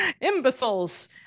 imbeciles